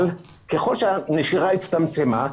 אבל ככל שהנשירה הצטמצמה,